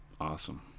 awesome